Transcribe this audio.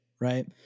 right